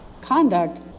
conduct